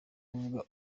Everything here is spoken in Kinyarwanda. kuvuga